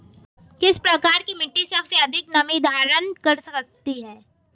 किस प्रकार की मिट्टी सबसे अधिक नमी धारण कर सकती है?